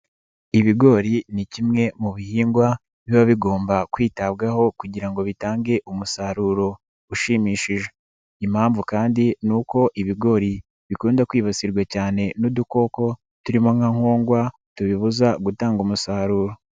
Ibigori ni kimwe mu bihingwa biba bigomba kwitabwaho kugira ngo bitange umusaruro ushimishije, impamvu kandi ni uko ibigori bikunda kwibasirwa cyane n'udukoko turimo nka kongwa tubibuza gutanga umusaruro.